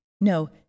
No